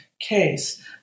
case